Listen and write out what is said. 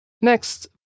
Next